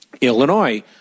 Illinois